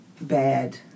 bad